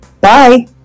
Bye